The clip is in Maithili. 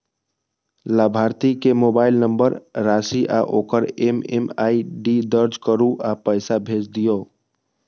लाभार्थी के मोबाइल नंबर, राशि आ ओकर एम.एम.आई.डी दर्ज करू आ पैसा भेज दियौ